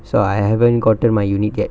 so I haven't gotten my unit yet